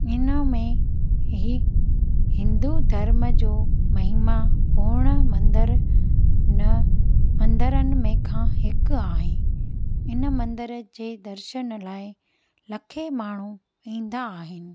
हिन में ई हिंदू धर्म जो महिमा हुअण मंदरनि मंदरनि में मां हिकु आहे हिन मंदर जे दर्शन लाइ लखे माण्हू ईंदा आहिनि